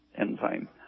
enzyme